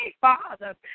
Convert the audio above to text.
Father